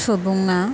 सुबुङा